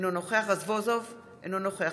אינו נוכח יואל רזבוזוב, אינו נוכח